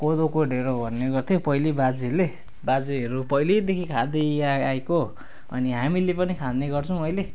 कोदोको ढेँडो भन्ने गर्थ्यो पहिले बाजेले बाजेहरू पहिल्यैदेखि खाँदै आएको अनि हामीले पनि खाने गर्छौँ अहिले